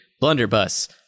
Blunderbuss